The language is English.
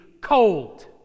cold